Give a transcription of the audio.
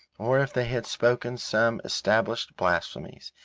or if they had spoken some established blasphemies,